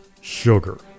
sugar